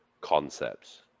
concepts